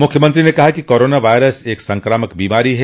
मुख्यमंत्री ने कहा कि कोरोना वायरस एक संक्रामक बीमारी है